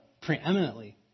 preeminently